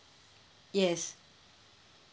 yes